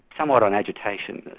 somewhat on agitation,